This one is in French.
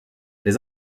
les